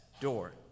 door